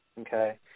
okay